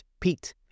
pete